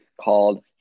called